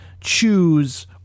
choose